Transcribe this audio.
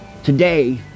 Today